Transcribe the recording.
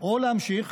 או להמשיך,